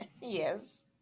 Yes